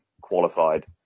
qualified